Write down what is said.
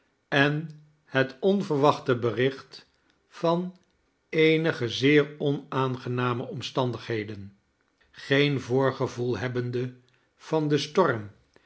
en het onverwachte bericht van eenige zeer onaangename omstandigheden geen voorgevoel hebbende van den storm